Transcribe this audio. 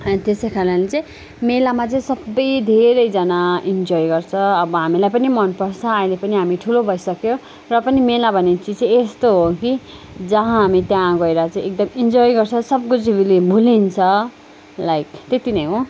अनि त्यसै कारण चाहिँ मेलामा चाहिँ सबै धेरैजना इन्जोय गर्छ अब हामीलाई पनि मन पर्छ अहिले पनि हामी ठुलो भइसक्यो र पनि मेला भन्ने चिज चाहिँ यस्तो हो कि जहाँ हामी त्यहाँ गएर चाहिँ एकदम इन्जोय गर्छ सबकुछ भुलिन्छ लाइक त्यति नै हो